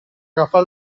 agafar